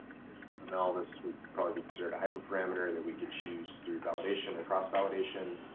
traditional and all this would probably be sort of hyper-parameter that we can choose through validation or cross-validation.